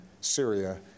Syria